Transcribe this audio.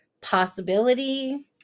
Possibility